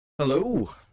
Hello